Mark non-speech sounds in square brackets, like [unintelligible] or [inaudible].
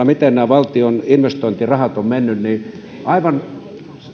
[unintelligible] miten nämä valtion investointirahat ovat tällä vuosituhannella menneet niin on aivan